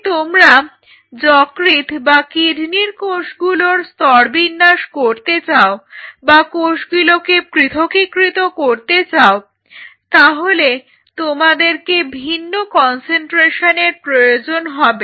তোমরা যদি যকৃৎ বা কিডনির কোষগুলোর স্তরবিন্যাস করতে চাও বা কোষগুলোকে পৃথকীকৃত করতে চাও তাহলে তোমাদের ভিন্ন কন্সেন্ট্রেশনের প্রয়োজন হবে